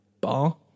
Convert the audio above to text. bar